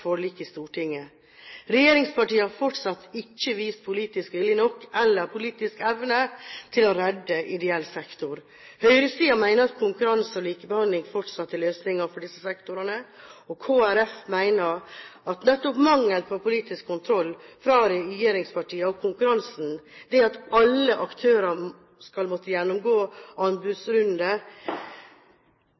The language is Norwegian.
forlik i Stortinget. Regjeringspartiene har fortsatt ikke vist politisk vilje nok eller politisk evne til å redde ideell sektor. Høyresiden mener at konkurranse og likebehandling fortsatt er løsningen for disse sektorene. Kristelig Folkeparti mener at nettopp mangel på politisk kontroll fra regjeringspartiene og konkurransen, det at alle aktører skal måtte gjennomgå